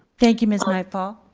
thank you, ms nightfall.